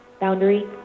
Boundary